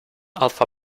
alpha